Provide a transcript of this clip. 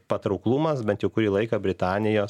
patrauklumas bent jau kurį laiką britanijos